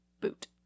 Boot